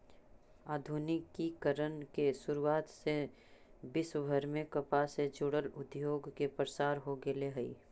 आधुनिकीकरण के शुरुआत से विश्वभर में कपास से जुड़ल उद्योग के प्रसार हो गेल हई